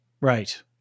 Right